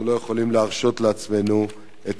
אנחנו לא יכולים להרשות לעצמנו את